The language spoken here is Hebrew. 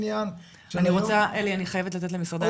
אני חייבת לתת למשרדי הממשלה לדבר.